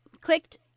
clicked